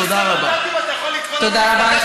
תודה רבה.